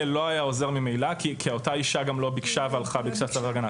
לא היה עוזר כי אותה אישה גם לא ביקשה והלכה לצו הגנה.